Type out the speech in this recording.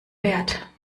wert